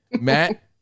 Matt